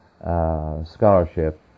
scholarship